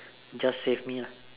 just save me lah